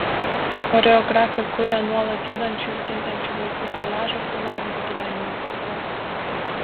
choreografė kuria nuolat judančių ir kintančių vaizdų koliažą primenantį gyvenimo ciklą